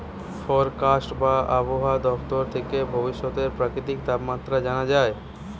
forecast বা আবহায়া দপ্তর থেকে ভবিষ্যতের প্রাকৃতিক তাপমাত্রা জানা যায়